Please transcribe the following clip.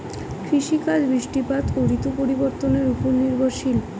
কৃষিকাজ বৃষ্টিপাত ও ঋতু পরিবর্তনের উপর নির্ভরশীল